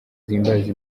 zihimbaza